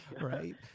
Right